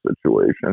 situation